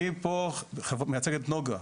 אני פה מייצג את נגה,